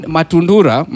Matundura